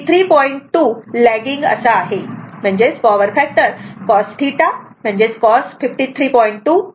2 o lagging आहे आणि म्हणून पॉवर फॅक्टर cos θ cos 53